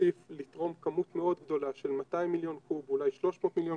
לתרום כמות מאוד גדולה של 200 מיליון קוב ואולי 300 קוב,